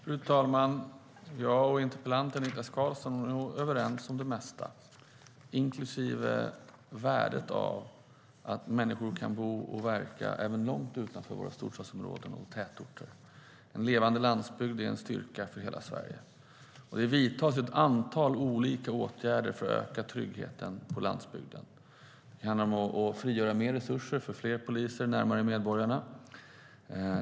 Fru talman! Interpellanten Niklas Karlsson och jag är nog överens om det mesta, inklusive värdet av att människor kan bo och verka även långt utanför våra storstadsområden och tätorter. En levande landsbygd är en styrka för hela Sverige. Det vidtas nu ett antal olika åtgärder för att öka tryggheten på landsbygden. Det handlar om att frigöra mer resurser för fler poliser närmare medborgarna.